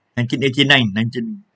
nineteen eighty nine nineteen